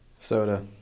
Soda